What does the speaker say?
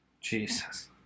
Jesus